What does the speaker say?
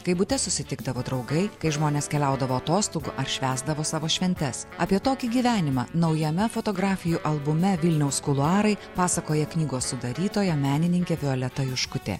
kai bute susitikdavo draugai kai žmonės keliaudavo atostogų ar švęsdavo savo šventes apie tokį gyvenimą naujame fotografijų albume vilniaus kuluarai pasakoja knygos sudarytoja menininkė violeta juškutė